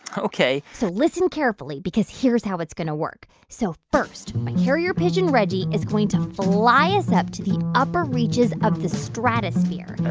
ok so listen carefully because here's how it's going to work. so first, my carrier pigeon reggie is going to fly us up to the upper reaches of the stratosphere.